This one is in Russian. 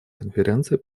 конференции